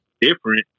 different